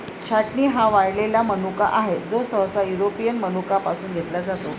छाटणी हा वाळलेला मनुका आहे, जो सहसा युरोपियन मनुका पासून घेतला जातो